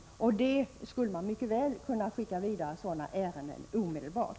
Sådana ärenden skulle man mycket väl kunna skicka vidare omedelbart.